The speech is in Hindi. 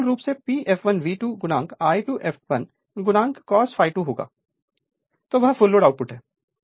तो मूल रूप से P fl V2 I2 fl cos ∅2 होगा तो वह फुल लोड आउटपुट है